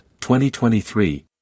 2023